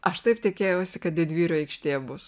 aš taip tikėjausi kad didvyrių aikštė bus